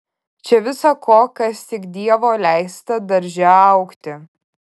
čia visa ko kas tik dievo leista darže augti